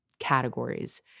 Categories